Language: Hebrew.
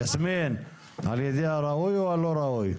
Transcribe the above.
יסמין, על ידי הראוי או הלא ראוי?